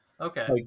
Okay